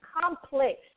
complex